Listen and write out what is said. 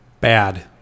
Bad